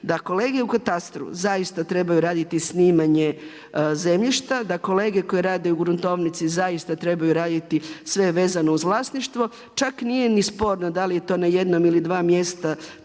da kolege u katastru zaista trebaju raditi snimanje zemljišta, da kolege koje rade u gruntovnici zaista trebaju raditi sve vezano uz vlasništvo. Čak nije ni sporno da li je to na jednom ili dva mjesta